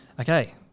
Okay